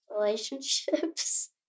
relationships